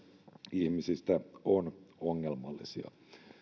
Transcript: ihmisistä on ongelmallisia